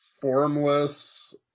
formless